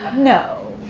no.